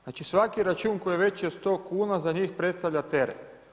Znači svaki račun koji je veći od 100 kuna za njih predstavlja teret.